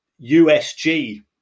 USG